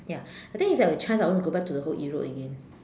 ya I think if we have chance I want to go to the whole Europe again